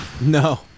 No